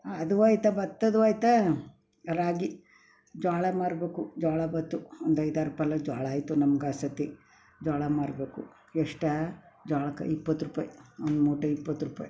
ಅದು ಹೋಗ್ತಾ ಬತ್ತದೆ ಹೋಗ್ತಾ ರಾಗಿ ಜೋಳ ಮಾರಬೇಕು ಜೋಳ ಬಂತು ಒಂದು ಐದಾರು ಪಲ್ಲ ಜೋಳ ಆಯಿತು ನಮ್ಗೆ ಆ ಸರ್ತಿ ಜೋಳ ಮಾರಬೇಕು ಎಷ್ಟು ಜೋಳಕ್ಕೆ ಇಪ್ಪತ್ರೂಪಾಯಿ ಒಂದು ಮೂಟೆಗೆ ಇಪ್ಪತ್ರೂಪಾಯಿ